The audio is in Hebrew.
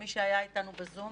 למי שהיה איתנו בזום.